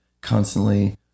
constantly